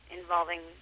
involving